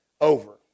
over